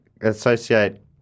associate